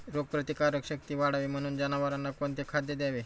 रोगप्रतिकारक शक्ती वाढावी म्हणून जनावरांना कोणते खाद्य द्यावे?